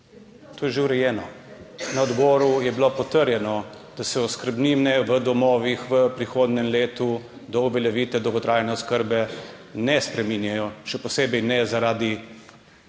To je že urejeno. Na odboru je bilo potrjeno, da se oskrbnine v domovih v prihodnjem letu do uveljavitve dolgotrajne oskrbe ne spreminjajo, še posebej ne zaradi